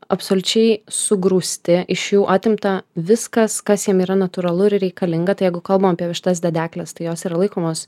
absoliučiai sugrūsti iš jų atimta viskas kas jiem yra natūralu ir reikalinga tai jeigu kalbam apie vištas dedekles tai jos yra laikomos